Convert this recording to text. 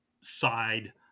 side